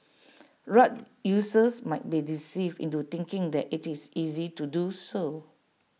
rug users might be deceived into thinking that IT is easy to do so